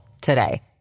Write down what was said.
today